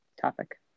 topic